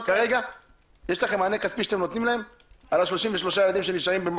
יש לכם מענה כספי שאתם נותנים להם על ה-33 ילדים שנשארים?